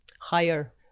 higher